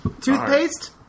Toothpaste